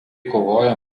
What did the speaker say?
kovojo